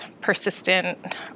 persistent